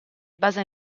base